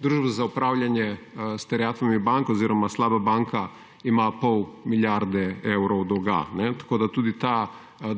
Družba za opravljanje s terjatvami bank oziroma slaba banka ima pol milijarde evrov dolga, tako da tudi ta